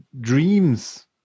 dreams